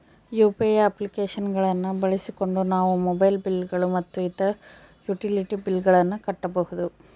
UPI application ಗಳನ್ನ ಬಳಸಿಕೊಂಡು ನಾವು ಮೊಬೈಲ್ ಬಿಲ್ ಗಳು ಮತ್ತು ಇತರ ಯುಟಿಲಿಟಿ ಬಿಲ್ ಗಳನ್ನ ಕಟ್ಟಬಹುದು